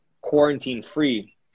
quarantine-free